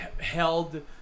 held